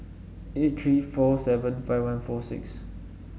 eight three four seven five one four six